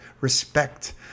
respect